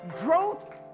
Growth